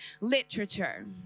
literature